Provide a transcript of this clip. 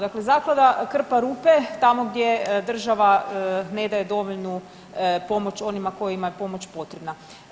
Dakle, zaklada krpa rupe tamo gdje država ne daje dovoljnu pomoć onima kojima je pomoć potrebna.